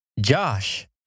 josh